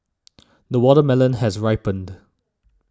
the watermelon has ripened